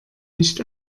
nicht